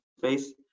face